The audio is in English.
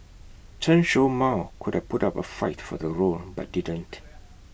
Chen show Mao could have put up A fight for the role but didn't